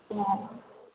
okay madam